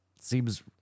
Seems